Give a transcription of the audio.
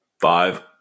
Five